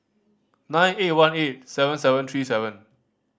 nine eight one eight seven seven three seven